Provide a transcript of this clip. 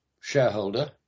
shareholder